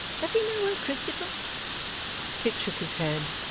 does he know her, christopher kit shook his head,